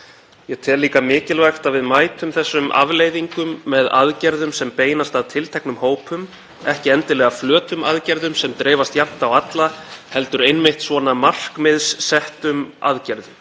heldur einmitt svona markmiðssettum aðgerðum.“ En hvar eru þessar aðgerðir? Það bólar ekkert á þeim. Það er ekkert í þingmálaskránni. Það er ekkert þingmál komið hérna inn. Ekki neitt.